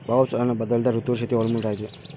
पाऊस अन बदलत्या ऋतूवर शेती अवलंबून रायते